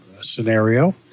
scenario